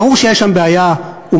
ברור שיש שם בעיה הומניטרית,